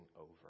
over